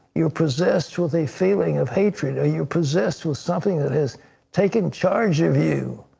you're possessed with a feeling of hatred? are you possessed with something that has taken charge of you?